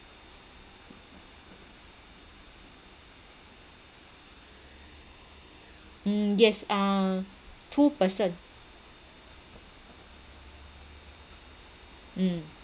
mm yes ah two person mm